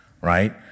right